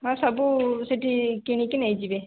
ହଁ ସବୁ ସେଇଠି କିଣିକି ନେଇଯିବେ